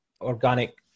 organic